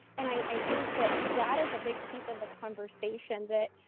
and i think that that is a big piece of the conversation, that,